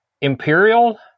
imperial